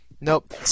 Nope